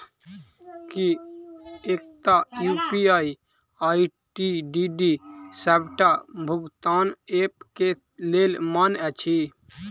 की एकटा UPI ID D सबटा भुगतान ऐप केँ लेल मान्य अछि?